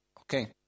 Okay